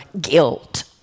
guilt